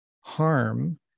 harm